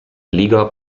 liga